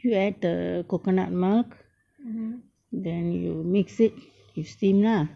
you add the coconut milk then you mix it you steam lah